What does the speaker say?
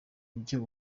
ibyo